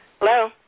Hello